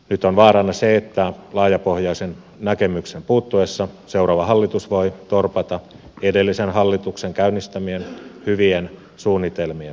nyt on vaarana se että laajapohjaisen näkemyksen puuttuessa seuraava hallitus voi torpata edellisen hallituksen käynnistämien hyvien suunnitelmien toteutumisen